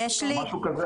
משהו כזה,